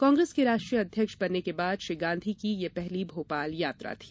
कांग्रेस के राष्ट्रीय अध्यक्ष बनने के बाद श्री गांधी की यह पहली भोपाल यात्रा थी